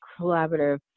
collaborative